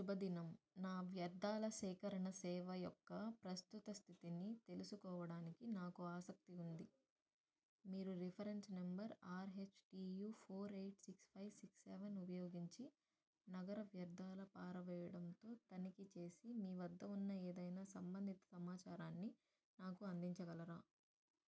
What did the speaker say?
శుభదినం నా వ్యర్థాల సేకరణ సేవ యొక్క ప్రస్తుత స్థితిని తెలుసుకోవడానికి నాకు ఆసక్తి ఉంది మీరు reference number RHTU four eight six five six seven ఉపయోగించి నగర వ్యర్థాల పారవేయడంతో తనిఖీ చేసి మీ వద్ద ఉన్న ఏదైనా సంబంధిత సమాచారాన్ని నాకు అందించగలరా